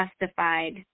justified